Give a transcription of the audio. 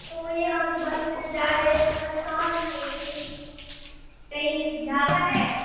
تو یہ ہم جو بس سے جا رہے ہیں تو یہ بس کہاں رکے گی کہیں ڈھابہ ہے